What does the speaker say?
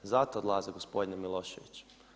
Zato odlaze gospodine Milošević.